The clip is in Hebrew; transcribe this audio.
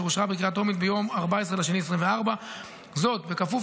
אשר אושרה בקריאה טרומית ביום 14 בפברואר 2024. זאת בכפוף